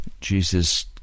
Jesus